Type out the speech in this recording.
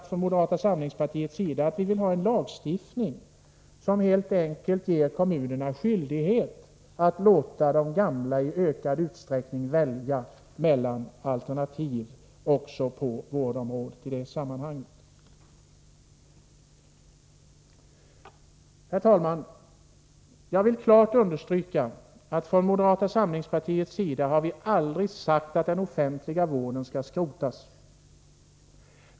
Från moderata samlingspartiets sida har vi sagt att vi vill ha en lagstiftning som helt enkelt ger kommunerna skyldighet att låta de gamla i ökad utsträckning välja mellan olika alternativ också på vårdområdet i det sammanhanget. Herr talman! Jag vill klart understryka att vi från moderata samlingspartiets sida aldrig har sagt att den offentiga vården skall skrotas.